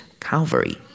Calvary